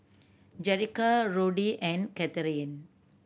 Jerrica Roddy and Kathryne